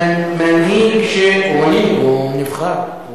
הוא מנהיג, הוא נבחר.